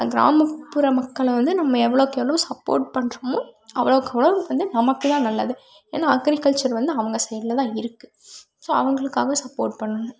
கிராமப்புற மக்களை வந்து நம்ம எவ்வளோக்கு எவ்வளோ சப்போர்ட் பண்ணுறமோ அவ்வளோக்கு அவ்வளோ வந்து நமக்கு தான் நல்லது ஏன்னா அக்ரிகல்ச்சர் வந்து அவங்க சைட்ல தான் இருக்கு ஸோ அவங்களுக்காக சப்போர்ட் பண்ணனும்